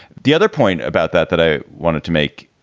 the other point about that that i wanted to make,